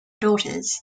daughters